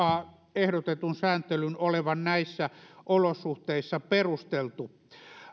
ehdotetun sääntelyn olevan näissä olosuhteissa perusteltu